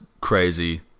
crazy